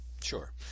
Sure